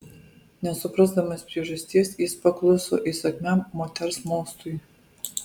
nesuprasdamas priežasties jis pakluso įsakmiam moters mostui